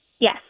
Yes